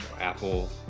Apple